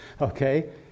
okay